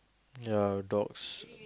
ya dogs